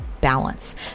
balance